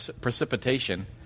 precipitation